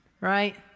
right